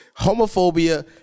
homophobia